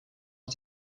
het